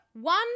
One